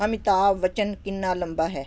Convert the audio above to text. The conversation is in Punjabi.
ਅਮਿਤਾਭ ਬੱਚਨ ਕਿੰਨਾ ਲੰਬਾ ਹੈ